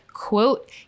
Quote